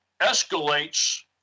escalates